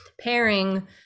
pairing